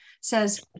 says